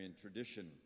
tradition